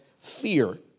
fear